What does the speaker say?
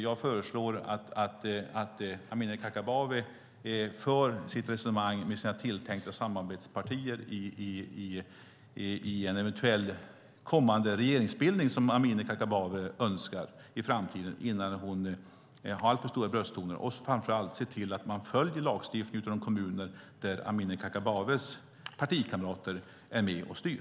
Jag föreslår därför att Amineh Kakabaveh för sitt resonemang med sina tilltänkta samarbetspartier i en eventuell kommande regeringsbildning som hon önskar i framtiden innan hon tar till alltför stora brösttoner. Framför allt ska man se till att lagstiftningen följs av de kommuner där Amineh Kakabavehs partikamrater är med och styr.